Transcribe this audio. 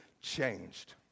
changed